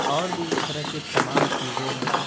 اور بھی اس طرح کے تمام چیزیں ہیں